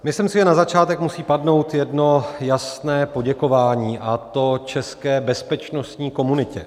Myslím si, že na začátek musí padnout jedno jasné poděkování, a to české bezpečnostní komunitě.